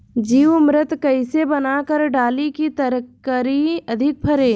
जीवमृत कईसे बनाकर डाली की तरकरी अधिक फरे?